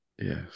Yes